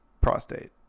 prostate